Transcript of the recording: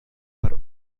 per